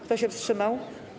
Kto się wstrzymał?